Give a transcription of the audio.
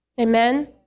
Amen